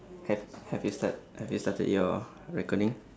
have have you start have you started your recording